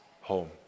home